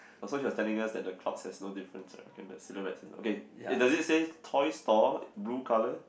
also he was telling us that the clouds has no difference [right] and the silhouttes also okay does it say toy store blue colour